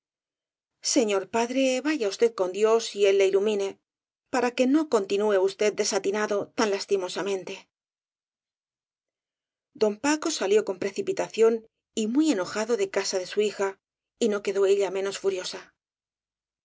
señor padre vaya usted con dios y el le ilu mine para que no continúe usted desatinando tan lastimosamente don paco salió con precipitación y muy enojado de casa de su hija y no quedó ella menos furiosa